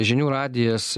žinių radijas